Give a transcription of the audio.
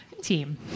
Team